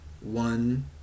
one